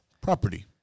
property